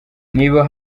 niba